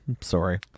Sorry